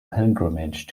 pilgrimage